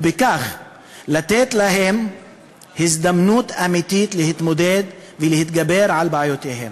ובכך לתת להם הזדמנות אמיתית להתמודד ולהתגבר על בעיותיהם.